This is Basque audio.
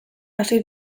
hasi